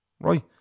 right